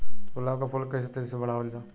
गुलाब क फूल के कइसे तेजी से बढ़ावल जा?